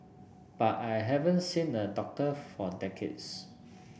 but I haven't seen a doctor for decades